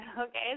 Okay